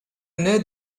naît